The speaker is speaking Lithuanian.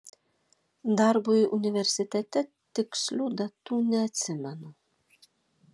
darbui universitete tikslių datų neatsimenu